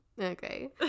Okay